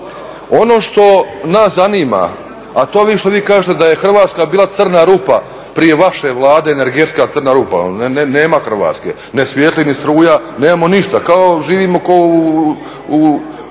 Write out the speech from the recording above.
ono što nas zanima, a to je što vi kažete da je Hrvatska bila crna rupa prije vaše Vlade energetska crna rupa. Nema Hrvatske, ne svijetli ni struja, nemamo ništa, živimo kao u